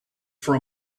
for